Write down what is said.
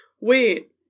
Wait